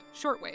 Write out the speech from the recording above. Shortwave